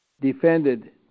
defended